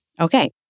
Okay